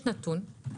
יש נתון.